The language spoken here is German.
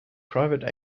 private